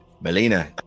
Melina